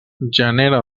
genera